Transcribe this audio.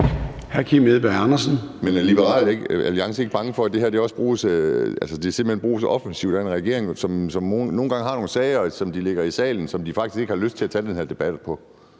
16:45 Kim Edberg Andersen (NB): Men er Liberal Alliance ikke bange for, at det her simpelt hen også bruges offensivt af en regering, som nogle gange har nogle sager, som de lægger i salen, men som de faktisk ikke har lyst til at tage den her debat om,